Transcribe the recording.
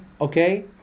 okay